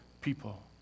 people